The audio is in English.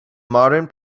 modern